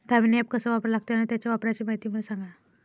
Damini app कस वापरा लागते? अन त्याच्या वापराची मायती मले सांगा